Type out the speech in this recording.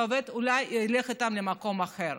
והעובד אולי ילך איתם למקום אחר.